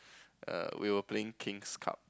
err we were playing kings cup